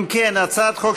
הצבעה מס'